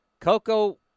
Coco